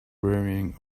rearing